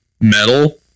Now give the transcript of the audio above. metal